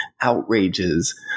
outrages